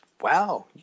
Wow